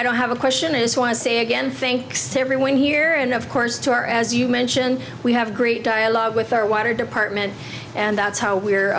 i don't have a question is why i say again thanks to everyone here and of course to our as you mentioned we have great dialogue with our water department and that's how we're